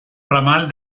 ramal